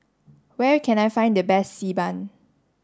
where can I find the best Xi Ban